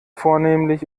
vornehmlich